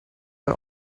are